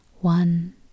one